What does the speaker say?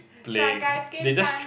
try guys game time